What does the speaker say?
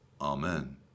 Amen